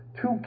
two